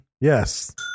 Yes